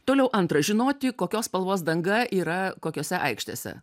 toliau antra žinoti kokios spalvos danga yra kokiose aikštėse